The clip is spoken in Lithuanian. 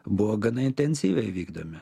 buvo gana intensyviai vykdomi